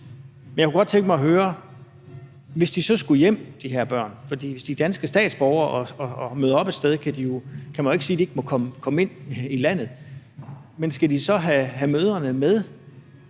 for. Jeg kunne godt tænke mig at høre, om det er sådan, at hvis de her børn så skulle hjem – for hvis de er danske statsborgere og møder op et sted, kan man jo ikke sige, at de ikke må komme ind i landet – skulle de så have mødrene med?